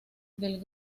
del